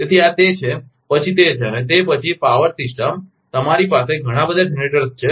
તેથી આ તે પછી છે અને તે પછી પાવર સિસ્ટમ તમારી પાસે ઘણા બધા જનરેટર્સ છે